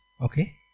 Okay